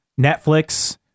netflix